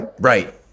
right